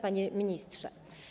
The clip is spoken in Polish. Panie Ministrze!